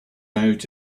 out